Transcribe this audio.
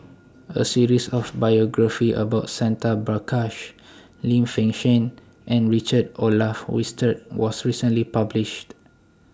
A series of biographies about Santha Bhaskar Lim Fei Shen and Richard Olaf Winstedt was recently published